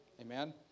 Amen